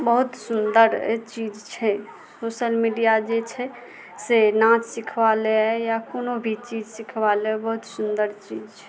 बहुत सुन्दर चीज छै सोशल मीडिया जे छै से नाच सिखबा ले या कोनो भी चीज सिखबा ले बहुत सुन्दर चीज छै